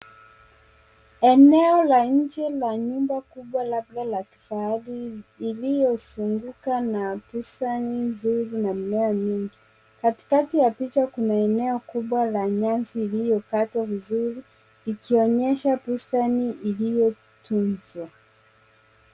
Eneo la nje la nyumba kubwa labda la kifahari, iliyozunguka na bustani nzuri na mimea mingi. Katikati ya picha kuna eneo kubwa la nyasi, iliyokatwa vizuri ikionyesha bustani iliyotunzwa.